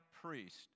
priest